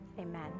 Amen